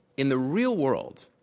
in the real world,